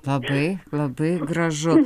labai labai gražu